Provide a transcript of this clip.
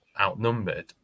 outnumbered